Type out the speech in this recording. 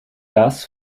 das